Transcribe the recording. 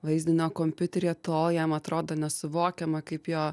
vaizdinio kompiuteryje tol jam atrodo nesuvokiama kaip jo